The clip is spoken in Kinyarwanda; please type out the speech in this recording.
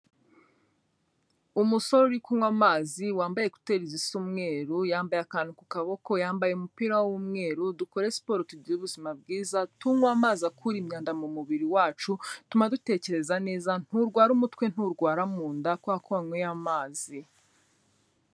Umusore uri kunywa amazi, wambaye ekuteri zisa umweru, yambaye akantu ku kaboko, yambaye umupira w'umweru, dukore siporo tugira ubuzima bwiza, tunywe amazi akura imyanda mu mubiri wacu, atuma dutekereza neza, nturwara umutwe, nturwara mu nda kubera ko wanyweye amazi